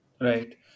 Right